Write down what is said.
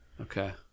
Okay